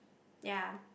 ya